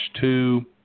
two